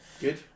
Good